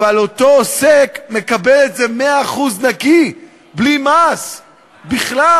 אבל אותו עוסק מקבל את זה 100% נקי, בלי מס בכלל.